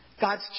God's